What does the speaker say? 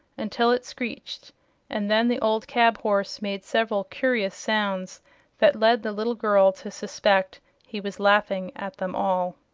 until it screeched and then the old cab-horse made several curious sounds that led the little girl to suspect he was laughing at them all.